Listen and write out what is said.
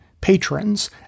patrons—